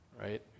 right